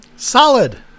Solid